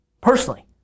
personally